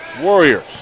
Warriors